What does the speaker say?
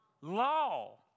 law